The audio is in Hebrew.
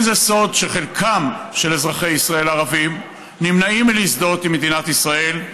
זה לא סוד שחלק מאזרחי ישראל הערבים נמנעים מלהזדהות עם מדינת ישראל,